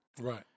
Right